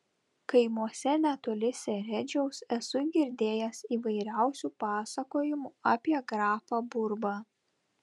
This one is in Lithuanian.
kaimuose netoli seredžiaus esu girdėjęs įvairiausių pasakojimų apie grafą burbą